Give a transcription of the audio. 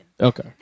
Okay